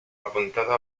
apuntado